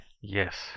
yes